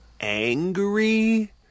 angry